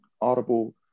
audible